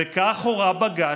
וכך הורה בג"ץ.